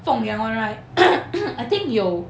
feng yang [one] right I think 有